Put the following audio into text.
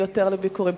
שתבקרו כאן יותר.